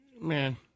man